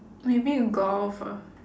maybe golf ah